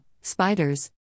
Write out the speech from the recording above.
Spiders